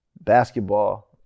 basketball